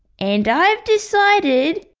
and i've decided.